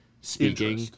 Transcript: speaking